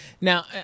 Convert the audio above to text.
Now